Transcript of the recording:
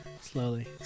Slowly